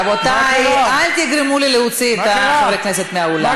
רבותי, אל תגרמו לי להוציא את חברי הכנסת מהאולם.